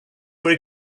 were